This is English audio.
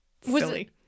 silly